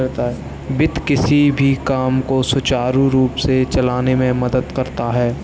वित्त किसी भी काम को सुचारू रूप से चलाने में मदद करता है